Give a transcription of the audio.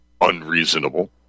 unreasonable